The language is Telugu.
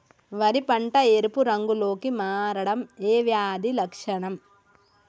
వరి పంట ఎరుపు రంగు లో కి మారడం ఏ వ్యాధి లక్షణం?